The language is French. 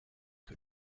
que